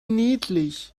niedlich